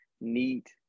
neat